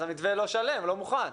אז המתווה לא שלם, לא מוכן.